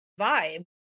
vibe